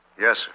Yes